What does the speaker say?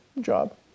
job